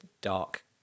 dark